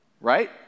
Right